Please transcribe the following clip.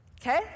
okay